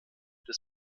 des